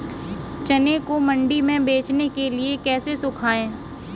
चने को मंडी में बेचने के लिए कैसे सुखाएँ?